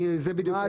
זה בדיוק העניין.